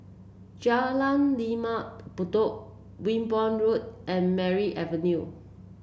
Jalan Lembah Bedok Wimborne Road and Merryn Avenue